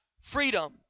freedom